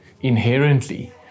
inherently